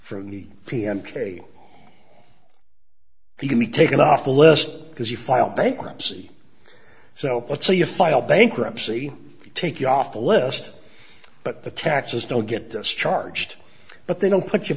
from the pm kerry you can be taken off the list because you filed bankruptcy so what so you file bankruptcy take you off the list but the taxes don't get discharged but they don't put you